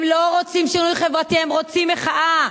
הם לא רוצים שינוי חברתי, הם רוצים מחאה.